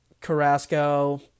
Carrasco